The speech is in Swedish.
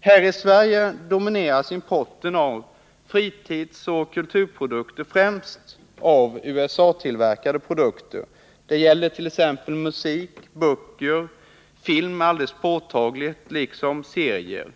Häri Sverige domineras importen av fritidsoch kulturprodukter främst av sådant som tillverkas i USA. Det gäller t.ex. musik, böcker, film alldeles påtagligt, liksom serier.